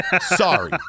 sorry